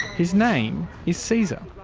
his name is caesar.